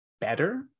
better